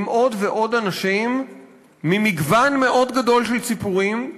עם עוד ועוד אנשים ממגוון מאוד גדול של ציבורים,